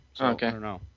Okay